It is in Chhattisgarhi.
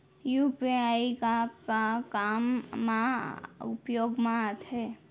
यू.पी.आई का का काम मा उपयोग मा आथे?